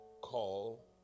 call